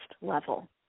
level